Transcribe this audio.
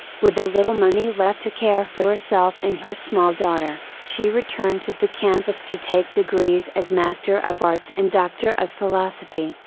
with the little money left to care for herself and her small daughter, she returned to the campus to take degrees as master of arts and doctor of philosophy,